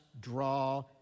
draw